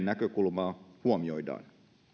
näkökulmaa huomioidaan